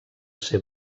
ser